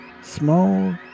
Small